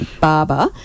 Barber